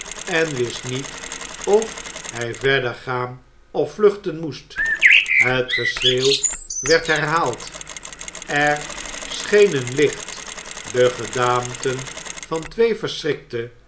en wist niet of hij verder gaan of vluchten moest het geschreeuw werd herhaald er scheen een licht de gedaanten van twee verschrikte